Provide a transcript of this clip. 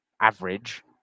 average